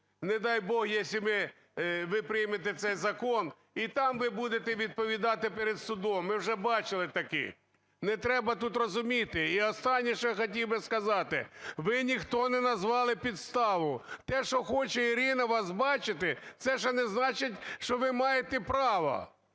не дай, Бог, если ви приймете цей закон, і там ви будете відповідати перед судом. Ми вже бачили такі. Не треба тут розуміти. І останнє, що я хотів би сказати. Ви ніхто не назвали підставу. Те, що хоче Ірина вас бачити, це ще не значить, що ви маєте право.